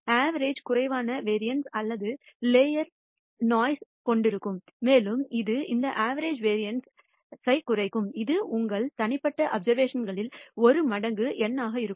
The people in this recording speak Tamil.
அவரேஜ் குறைவான வேரியன்ஸ் அல்லது லோயர் சத்தத்தை கொண்டிருக்கும் மேலும் இது இந்த அவரேஜ் வேரியன்ஸ்குறைக்கும் இது உங்கள் தனிப்பட்ட அப்சர்வேஷன்களில் 1 மடங்கு N ஆக இருக்கும்